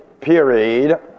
period